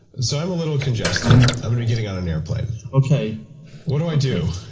so i'm a little congested. i'm gonna be getting on an airplane okay what do i do?